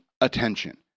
attention